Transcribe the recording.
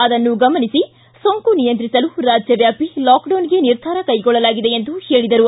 ಅದನ್ನು ಗಮನಿಸಿ ಸೋಂಕು ನಿಯಂತ್ರಿಸಲು ರಾಜ್ಯವ್ಯಾಪಿ ಲಾಕ್ಡೌನ್ಗೆ ನಿರ್ಧಾರ ಕೈಗೊಳ್ಳಲಾಗಿದೆ ಎಂದು ಹೇಳಿದರು